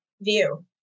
view